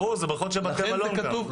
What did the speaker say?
ברור, זה בריכות של בתי מלון גם.